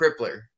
Crippler